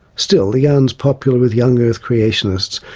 still, the yarn is popular with young-earth creationists,